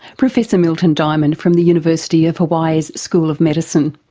professor milton diamond from the university of hawaii's school of medicine.